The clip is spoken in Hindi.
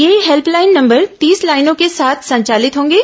ये हेल्पलाइन नंबर तीस लाइनों के साथ संचालित होंगे